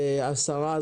כבוד השרה,